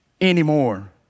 anymore